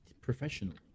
professionally